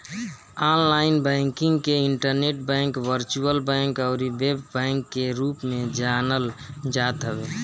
online banking के internet bank, virtual bank अउरी web bank के रूप में जानल जात हवे